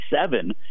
seven